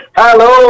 Hello